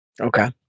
Okay